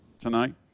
tonight